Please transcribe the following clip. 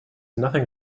nothing